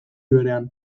berean